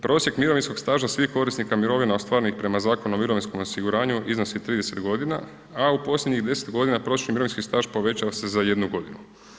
Prosjek mirovinskog staža svih korisnika mirovina ostvarenih prema Zakonu o mirovinskom osiguranju iznosi 30 godina, a u posljednjih 10 godina prosječni mirovinski staž povećao se za 1 godinu.